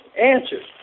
answers